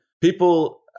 people